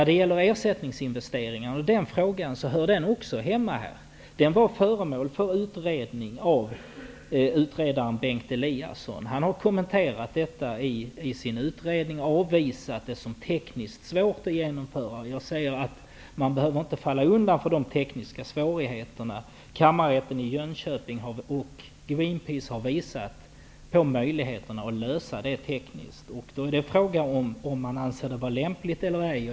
Också frågan om ersättningsinvesteringar hör hemma i kärntekniklagen. Den frågan var föremål för utredning av utredaren Bengt Eliasson. Han har kommenterat detta och i sin utredning avvisat det som tekniskt svårt att genomföra. Jag menar att man inte behöver falla undan för de tekniska svårigheterna. Kammarrätten i Jönköping och Greenpeace har visat på möjligheterna att lösa detta tekniskt. Frågan är då om man anser det vara lämpligt eller ej.